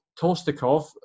Tolstikov